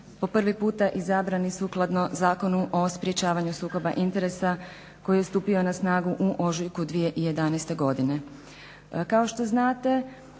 po prvi puta izabrani sukladno Zakonu o sprečavanju sukoba interesa koji je stupio na snagu u ožujku 2011. godine.